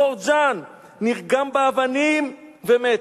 בכור ג'אן, שנרגם באבנים ומת.